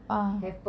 ah